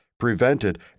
prevented